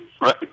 Right